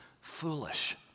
foolish